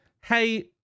Hey